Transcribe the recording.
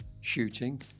shooting